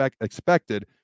expected